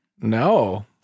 No